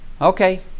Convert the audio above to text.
Okay